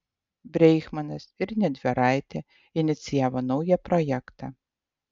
breichmanas ir niedvaraitė inicijavo naują projektą